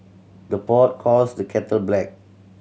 the pot calls the kettle black